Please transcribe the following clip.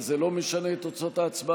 אבל זה לא משנה את תוצאות ההצבעה,